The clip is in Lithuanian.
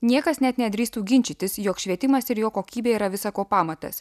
niekas net nedrįstų ginčytis jog švietimas ir jo kokybė yra visa ko pamatas